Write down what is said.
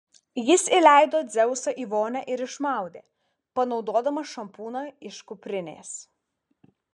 jis įleido dzeusą į vonią ir išmaudė panaudodamas šampūną iš kuprinės